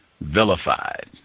vilified